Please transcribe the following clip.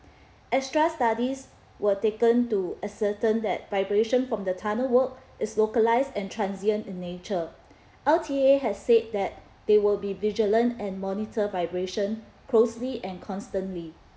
extra studies were taken to ascertain that vibration from the tunnel work is localised and transient in nature L_T_A has said that they will be vigilant and monitor vibration closely and constantly